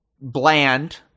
bland